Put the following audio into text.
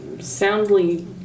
soundly